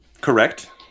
Correct